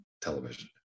television